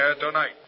tonight